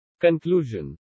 Conclusion